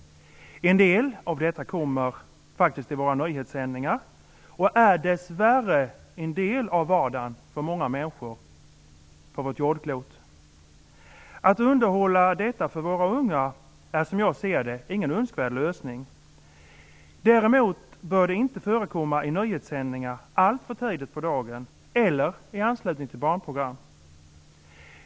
En del av detta kommer via våra nyhetssändningar och är dess värre en del av vardagen för många människor på vårt jordklot. Att undanhålla detta för våra unga är som jag ser det inte någon önskvärd lösning. Däremot bör det inte förekomma i nyhetssändningar alltför tidigt på dagen eller i anslutning till barnprogram.